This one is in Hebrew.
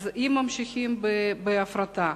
אז אם ממשיכים בהפרטה